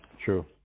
True